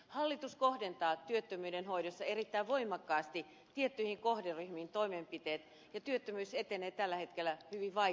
hallitus kohdentaa työttömyyden hoidossa erittäin voimakkaasti tiettyihin kohderyhmiin toimenpiteitä ja työttömyys etenee tällä hetkellä hyvin vaiheittain